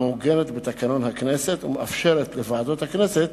המעוגנת בתקנון הכנסת ומאפשרת לוועדות הכנסת